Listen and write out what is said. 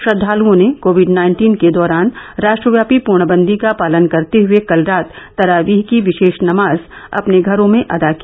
श्रद्वालओं ने Covid nineteen के दौरान राष्ट्रव्यापी पूर्णबंदी का पालन करते हुए कल रात तरावीह की विशेष नमाज अपने घरों में अदा की